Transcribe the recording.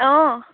অঁ